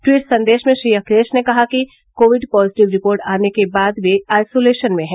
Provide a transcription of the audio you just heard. tweet संदेश में श्री अखिलेश ने कहा कि कोविड पॉजिटिव रिपोर्ट आने के बाद ये आइसोलेशन में हैं